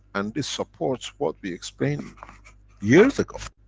and this supports what we explained years ago,